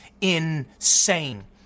insane